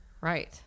right